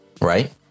right